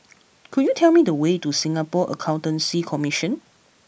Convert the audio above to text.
could you tell me the way to Singapore Accountancy Commission